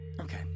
okay